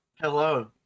Hello